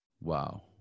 Wow